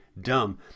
dumb